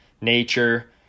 nature